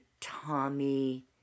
Tommy